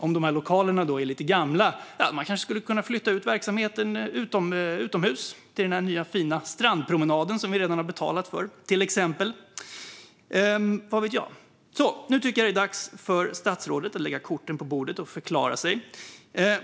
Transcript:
Om lokalerna är lite gamla kanske verksamheten kan flyttas utomhus till den nya, fina strandpromenaden, som vi redan har betalat för. Vad vet jag? Nu tycker jag att det är dags för statsrådet att lägga korten på bordet och förklara sig.